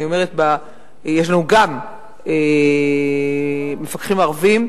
אבל אני אומרת שיש לנו גם מפקחים ערבים.